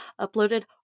uploaded